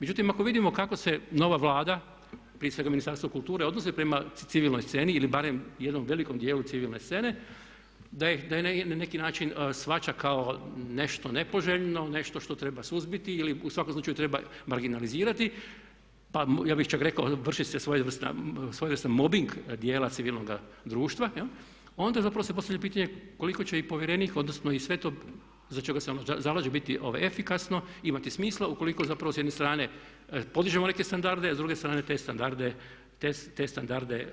Međutim, ako vidimo kako se nova Vlada, prije svega Ministarstvo kulture, odnose prema civilnoj sceni ili barem jednom velikom dijelu civilne scene da je na neki način shvaća kao nešto nepoželjno, nešto što treba suzbiti ili u svakom slučaju treba marginalizirati pa ja bih čak rekao vrši se svojevrstan mobbing dijela civilnoga društva i onda zapravo postavlja se pitanje koliko će i povjerenik odnosno i sve to za što se on zalaže biti efikasno, imati smisla ukoliko zapravo s jedne strane podižemo neke standarde a s druge strane te standarde